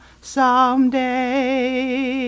someday